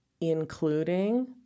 including